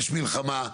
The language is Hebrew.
יש מלחמה,